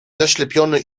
zaślepiony